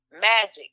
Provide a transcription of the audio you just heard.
Magic